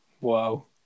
wow